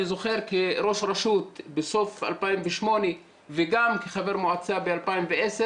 אני זוכר כראש רשות בסוף 2008 וגם כחבר מועצה ב-2010,